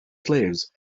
slaves